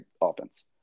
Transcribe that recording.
offense